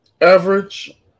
Average